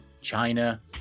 China